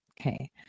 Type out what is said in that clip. okay